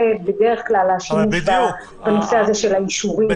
זה בדרך כלל השימוש בנושא הזה של האישורים.